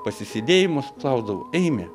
pasisėdėjimus klausdavau eimi